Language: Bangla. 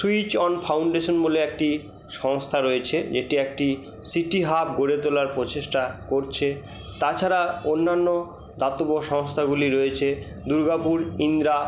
সুইচ অন ফাউন্ডেশন বলে একটি সংস্থা রয়েছে এটি একটি সিটি হাব গড়ে তোলার প্রচেষ্টা করছে তাছাড়া অন্যান্য দাতব্য সংস্থাগুলি রয়েছে দুর্গাপুর ইন্দ্রা